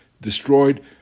destroyed